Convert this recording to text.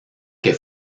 que